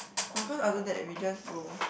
no cause after that we just go